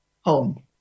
home